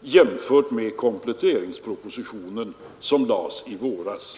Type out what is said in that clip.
jämfört med kompletteringspropositionen som lades i våras.